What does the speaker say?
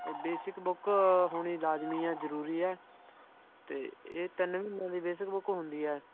basic book ਹੋਣੀ ਲਾਜ਼ਮੀ ਹੈ ਜ਼ਰੂਰੀ ਹੈ ਅਤੇ ਇਹ ਤਿੰਨ ਮਹੀਨਿਆਂ ਦੀ ਬੇਸਿਕ ਬੁੱਕ ਹੁੰਦੀ ਹੈ